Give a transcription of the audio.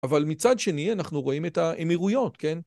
אבל מצד שני אנחנו רואים את האמירויות, כן?